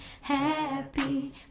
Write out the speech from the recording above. happy